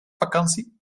vakantie